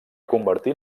convertir